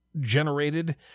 generated